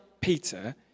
Peter